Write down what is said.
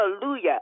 hallelujah